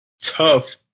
tough